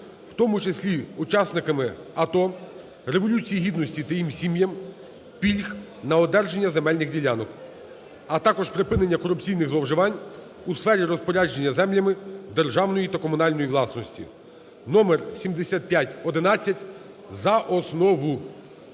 в тому числі учасниками АТО, Революції Гідності та їх сім'ями пільг на одержання земельних ділянок, а також припинення корупційних зловживань у сфері розпорядження землями державної та комунальної власності (№ 7511) за основу.